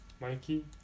Mikey